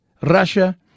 Russia